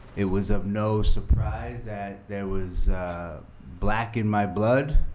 it was of no surprise that there was black in my blood,